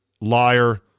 liar